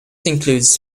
includes